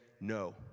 no